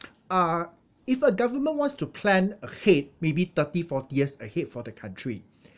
uh if a government wants to plan ahead maybe thirty forty years ahead for the country